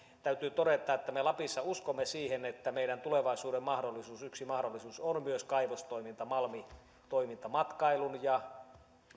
täytyy todeta että me lapissa uskomme siihen että meidän tulevaisuuden mahdollisuutemme yksi mahdollisuus on myös kaivostoiminta malmitoiminta matkailun ja